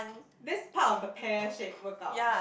that's part of the pear shape workout ah